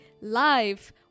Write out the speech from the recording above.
life